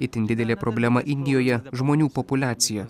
itin didelė problema indijoje žmonių populiacija